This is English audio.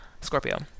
Scorpio